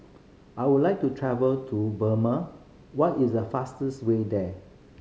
I would like to travel to Burma what is the fastest way there